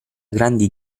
grandi